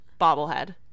bobblehead